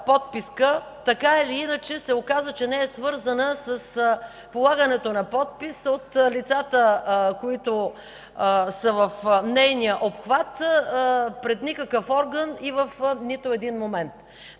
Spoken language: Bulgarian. така или иначе се оказа, че не е свързана с полагането на подпис от лицата, които са в нейния обхват, пред никакъв орган и в нито един момент.